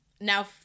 now